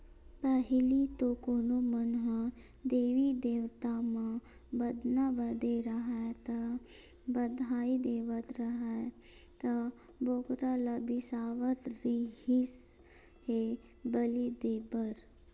पहिली तो कोनो मन ह देवी देवता म बदना बदे राहय ता, बधई देना राहय त बोकरा ल बिसावत रिहिस हे बली देय बर